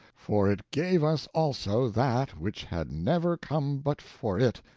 for it gave us also that which had never come but for it,